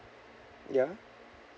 ya